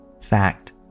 Fact